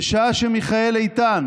בשעה שמיכאל איתן